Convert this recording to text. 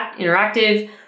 interactive